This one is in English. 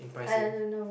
I don't know